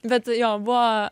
bet jo buvo